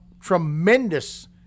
tremendous